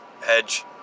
hedge